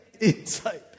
Inside